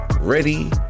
ready